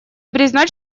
признать